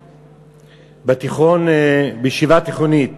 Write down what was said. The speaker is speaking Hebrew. בתיכון, בישיבה תיכונית.